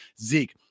Zeke